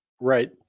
Right